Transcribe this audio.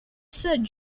said